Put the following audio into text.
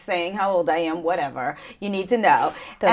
saying how old i am whatever you need to know